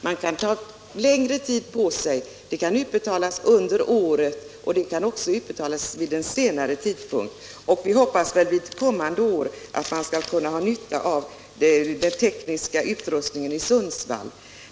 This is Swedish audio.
Man kan ta längre tid på sig. Pengarna kan utbetalas under året eller vid en senare tidpunkt. Jag hoppas att man ett kommande år skall ha nytta av den tekniska utrustningen i Sundsvall.